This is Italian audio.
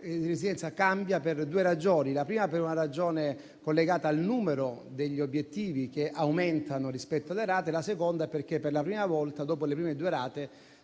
resilienza cambiano per due ragioni: innanzi tutto per una ragione collegata al numero degli obiettivi che aumentano rispetto alle rate e, in secondo luogo, perché per la prima volta, dopo le prime due rate,